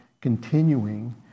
continuing